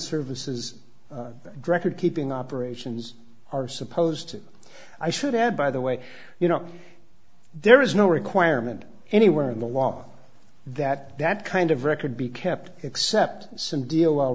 services director keeping operations are supposed to i should add by the way you know there is no requirement anywhere in the law that that kind of record be kept except some deal